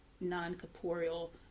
non-corporeal